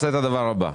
הבא: